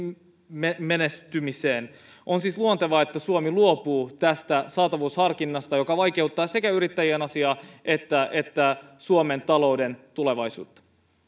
menestymiseen on siis luontevaa että suomi luopuu tästä saatavuusharkinnasta joka vaikeuttaa sekä yrittäjien asiaa että että suomen talouden tulevaisuutta